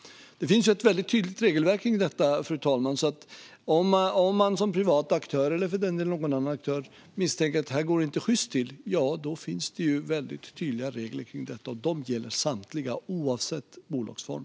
Det finns alltså ett tydligt regelverk kring detta, fru talman. Om man som privat aktör, eller för den delen någon annan aktör, misstänker att något inte går sjyst till finns det tydliga regler kring detta. De gäller samtliga, oavsett bolagsform.